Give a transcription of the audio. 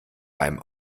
beim